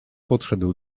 podszedł